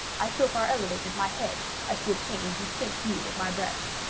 i so far elevated my head as to obtain a distinct view of my breast.